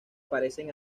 parecen